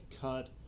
cut